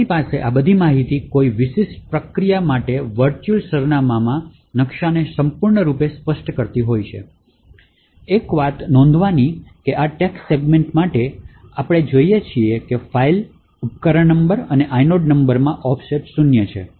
તેથી અમારી પાસે આ બધી માહિતી કોઈ વિશિષ્ટ પ્રક્રિયા માટે વર્ચુઅલ સરનામાં નકશાને સંપૂર્ણ રૂપે સ્પષ્ટ કરતી હોય છે તેથી એક વાત નોંધવાની છે કે આ text સેગમેન્ટ માટે આપણે જોઈએ છીએ કે ફાઇલ ઉપકરણ નંબર અને આઇ નોડ માં ઑફસેટ શૂન્ય છે